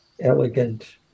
elegant